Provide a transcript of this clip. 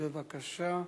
בבקשה.